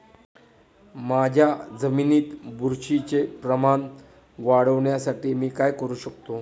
माझ्या जमिनीत बुरशीचे प्रमाण वाढवण्यासाठी मी काय करू शकतो?